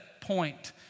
point